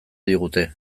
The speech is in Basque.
digute